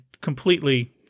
completely